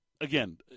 again